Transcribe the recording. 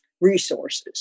resources